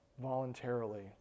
voluntarily